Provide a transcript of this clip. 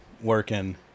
working